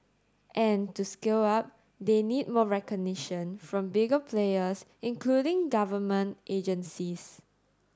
and to scale up they need more recognition from bigger players including government agencies